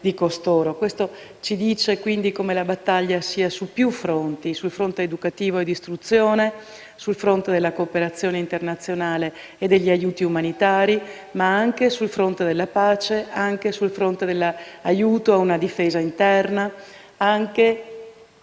Questo ci dice quindi come la battaglia sia su più fronti: sul fronte educativo e dell'istruzione, sul fronte della cooperazione internazionale e degli aiuti umanitari, ma anche sul fronte della pace e dell'aiuto ad una difesa interna ed anche